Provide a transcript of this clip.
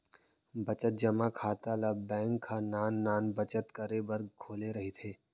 बचत जमा खाता ल बेंक ह नान नान बचत करे बर खोले रहिथे